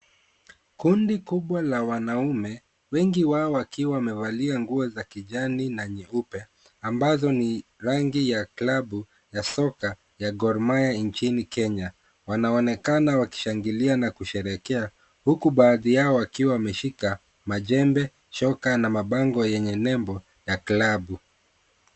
Kundi kubwa la wanaume wengi wao wakiwa wamevalia nguo za kijani na nyeupe, ambazo ni rangi ya klabu ya soka ya Gor Mahia nchini Kenya. Wanaonekana wakishangilia na kusherehekea huku baadhi yao wakiwa wameshika majembe, shoka na mabango yenye nembo ya klabu.